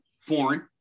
foreign